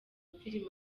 filime